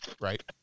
Right